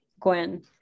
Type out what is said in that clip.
Gwen